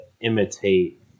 imitate